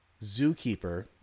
zookeeper